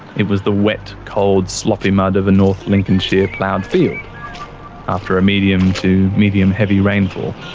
it was the wet, cold, sloppy mud of a north lincolnshire ploughed field after a medium to medium-heavy rainfall,